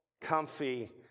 comfy